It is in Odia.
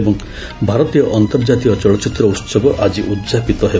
ଏବଂ ଭାରତୀୟ ଅନ୍ତର୍ଜାତୀୟ ଚଳଚ୍ଚିତ୍ର ଉହବ ଆଜି ଉଦ୍ଯାପିତ ହେବ